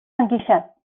enguixat